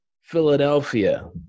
Philadelphia